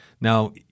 Now